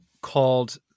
called